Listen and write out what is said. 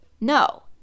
No